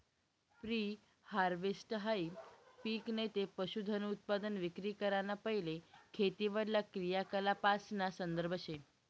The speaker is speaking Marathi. प्री हारवेस्टहाई पिक नैते पशुधनउत्पादन विक्री कराना पैले खेतीवरला क्रियाकलापासना संदर्भ शे